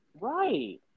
right